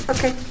Okay